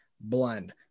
blend